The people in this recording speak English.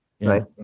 Right